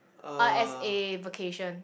uh as in vacation